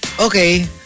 okay